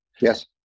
Yes